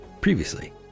previously